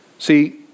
See